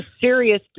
serious